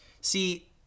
See